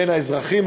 בין האזרחים,